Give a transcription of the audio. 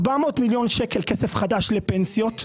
400 מיליון שקלים כסף חדש לפנסיות.